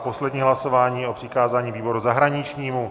Poslední hlasování o přikázání výboru zahraničnímu.